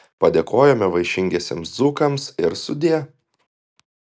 padėkojome vaišingiesiems dzūkams ir sudie